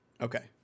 Okay